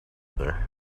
there